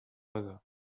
other